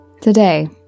Today